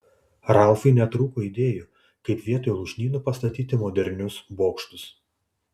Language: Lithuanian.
ralfui netrūko idėjų kaip vietoj lūšnynų pastatyti modernius bokštus